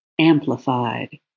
amplified